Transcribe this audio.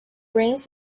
brains